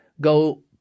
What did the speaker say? go